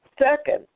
second